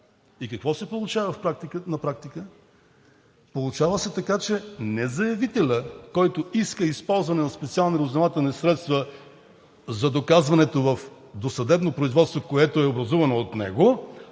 И какво се получава на практика? Получава се така, че не заявителят, който иска използване на специални разузнавателни средства за доказването в досъдебно производство, което е образувано от него,